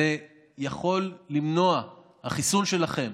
זה יכול למנוע, החיסון שלכם,